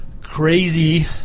crazy